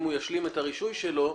אם הוא ישלים את הרישוי שלו,